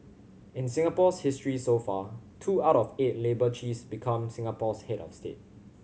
in Singapore's history so far two out of eight labour chiefs become Singapore's head of state